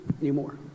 anymore